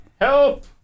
Help